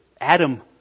Adam